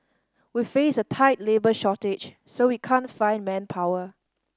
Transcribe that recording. we face a tight labour shortage so we can't find manpower